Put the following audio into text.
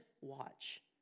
watch